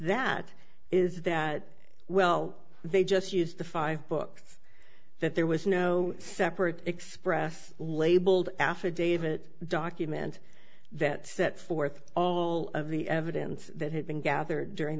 that is that well they just used the five books that there was no separate express labeled affidavit document that set forth all of the evidence that had been gathered during